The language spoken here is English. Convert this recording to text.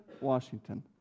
washington